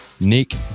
Nick